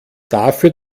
dafür